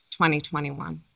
2021